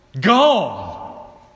Gone